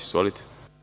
Izvolite.